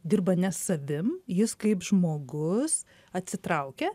dirba ne savim jis kaip žmogus atsitraukia